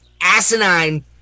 asinine